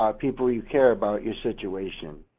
um people you care about your situation,